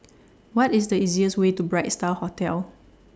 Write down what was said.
What IS The easiest Way to Bright STAR Hotel